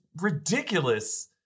ridiculous